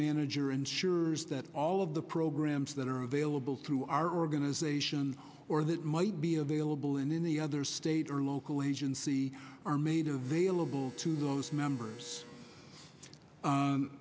manager ensure that all of the programs that are available through our organization or that might be available and in the other state or local agency are made available to those members